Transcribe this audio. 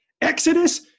Exodus